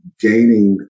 Gaining